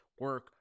Work